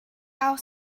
auch